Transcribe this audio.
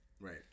right